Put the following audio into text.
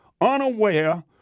unaware